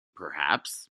perhaps